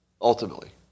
ultimately